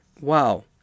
Wow